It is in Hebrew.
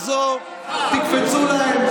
מי שואל אותך?